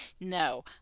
no